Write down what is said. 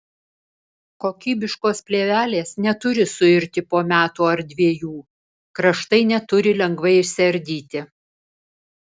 kokybiškos plėvelės neturi suirti po metų ar dviejų kraštai neturi lengvai išsiardyti